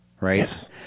Right